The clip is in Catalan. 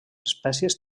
espècies